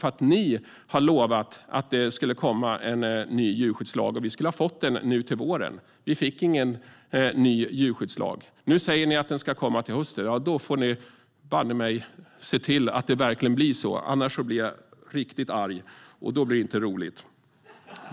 Ni har nämligen lovat att det skulle komma en ny djurskyddslag, och vi skulle ha fått den nu till våren. Vi fick ingen ny djurskyddslag. Nu säger ni att den ska komma till hösten - ja, då får ni banne mig se till att det verkligen blir så. Annars blir jag riktigt arg, och då blir det inte roligt!